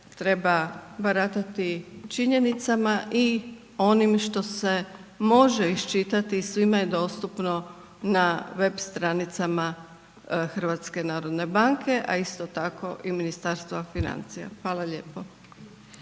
treba baratati činjenicama i onim što se može iščitati i svima je dostupno na web stranicama HNB-a a isto tako i Ministarstva financija. Hvala lijepo.